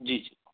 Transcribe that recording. जी